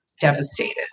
devastated